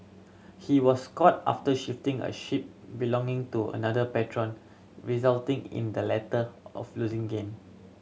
he was caught after shifting a chip belonging to another patron resulting in the latter of losing game